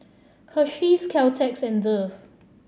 Hersheys Caltex and Dove